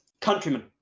countrymen